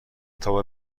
تاپ